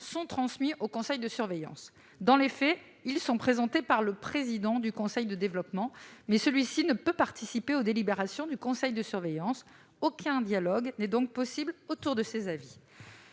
sont transmis au conseil de surveillance. Dans les faits, ces avis sont présentés par le président du conseil de développement, mais celui-ci ne peut pas participer aux délibérations du conseil de surveillance : aucun dialogue n'est donc possible autour de ses avis.